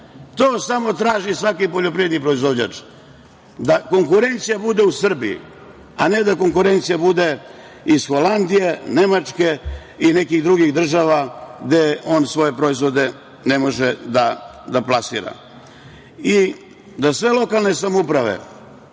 To samo traži svaki poljoprivredni proizvođač, da konkurencija bude u Srbiji, a ne da konkurencija bude iz Holandije, Nemačke i nekih drugih država gde on svoje proizvode ne može da plasira i da sve lokalne samouprave